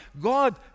God